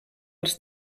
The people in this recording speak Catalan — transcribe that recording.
als